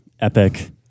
epic